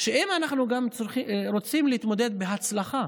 אנחנו רוצים להתמודד בהצלחה